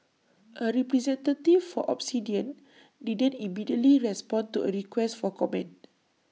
A representative for Obsidian didn't immediately respond to A request for comment